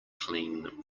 clean